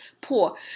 poor